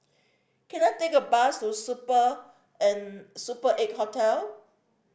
can I take a bus to Super Super Eight Hotel